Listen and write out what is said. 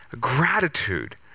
Gratitude